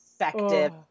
effective